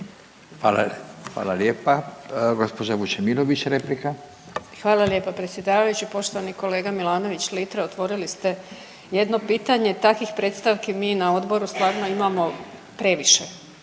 Vesna (Hrvatski suverenisti)** Hvala lijepa predsjedavajući. Poštovani kolega Milanović Litre, otvorili ste jedno pitanje takvih predstavki mi na odboru stvarno imamo previše.